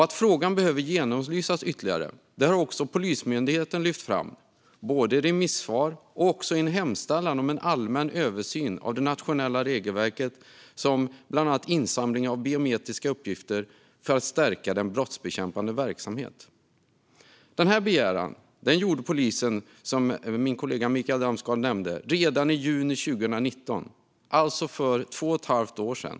Att frågan behöver genomlysas ytterligare har också Polismyndigheten lyft fram, både i remissvar och i en hemställan om en allmän översyn av det nationella regelverket om bland annat insamling av biometriska uppgifter för att stärka den brottsbekämpande verksamheten. Denna begäran gjorde polisen, som min kollega Mikael Damsgaard nämnde, redan i juni 2019, alltså för två och ett halvt år sedan.